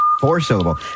Four-syllable